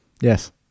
yes